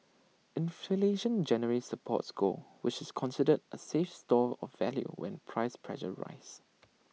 inflation generally supports gold which is considered A safe store of value when price pressures rise